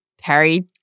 Harry—